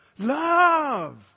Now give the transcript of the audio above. Love